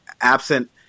absent –